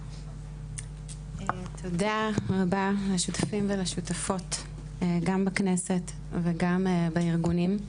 תודה רבה לשותפים ולשותפות גם בכנסת וגם בארגונים.